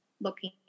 looking